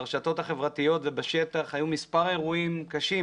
ברשתות החברתיות ובשטח היו בשבועות האחרונים מספר אירועים קשים,